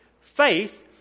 Faith